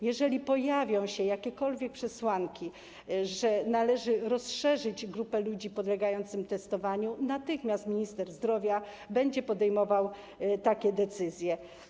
Jeżeli pojawią się jakiekolwiek przesłanki, że należy rozszerzyć grupę ludzi podlegających testowaniu, natychmiast minister zdrowia będzie podejmował takie decyzje.